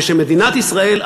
ושמדינת ישראל,